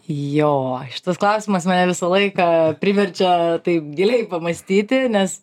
jo šitas klausimas mane visą laiką priverčia taip giliai pamąstyti nes